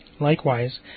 Likewise